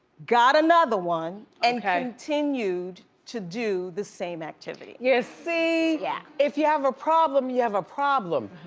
got another one and continued to do the same activity. you see. yeah. if you have a problem, you have a problem.